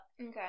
okay